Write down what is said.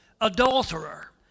adulterer